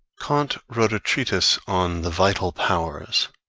kant wrote a treatise on the vital powers.